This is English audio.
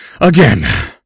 again